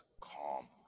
calm